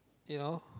you know